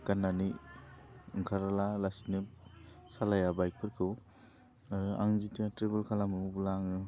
गाननानै ओंखारालासिनो सालाइया बाइफोरखौ आं जिथिया ट्रेबोल खालामो अब्ला आङो